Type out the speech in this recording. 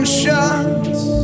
shots